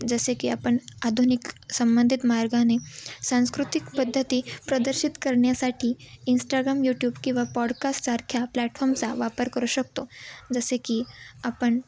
जसे की आपण आधुनिक संबंधित मार्गाने सांस्कृतिक पद्धती प्रदर्शित करण्यासाठी इंस्टाग्राम यूट्यूब किंवा पॉडकास्टसारख्या प्लॅटफॉर्मचा वापर करू शकतो जसे की आपण